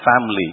family